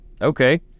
Okay